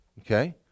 Okay